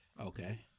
Okay